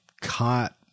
caught